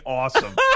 awesome